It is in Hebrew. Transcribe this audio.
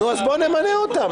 אז בוא נמנה אותה.